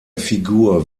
figur